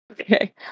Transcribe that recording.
okay